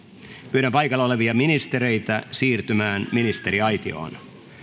pyydän paikalla olevia ministereitä siirtymään ministeriaitioon